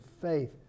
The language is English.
faith